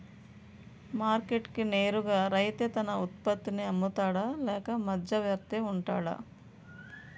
Market కి నేరుగా రైతే తన ఉత్పత్తి నీ అమ్ముతాడ లేక మధ్యవర్తి వుంటాడా?